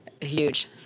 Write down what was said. huge